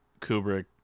Kubrick